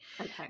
okay